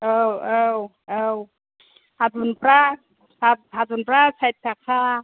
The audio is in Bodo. औ औ औ थादुनफ्रा था थादुनफ्रा साइथ थाखा